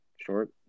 short